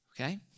okay